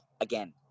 again